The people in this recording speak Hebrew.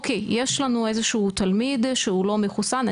אוקיי יש לנו איזשהו תלמיד שהוא לא מחוסן,